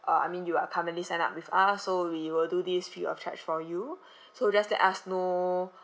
uh I mean you are currently signed up with us so we will do this free of charge for you so just let us know